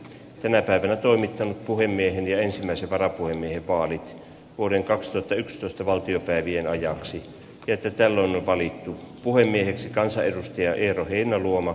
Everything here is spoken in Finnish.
tänä päivänä toimittanut puhemiehenkin ensimmäisen varapuhemiehen vaalit vuoden kaksituhattayksitoista valtiopäivienajaksi että täällä on valittu puhemieheksi kansanedustaja eero heinäluoma